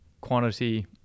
quantity